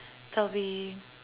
there'll be